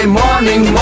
morning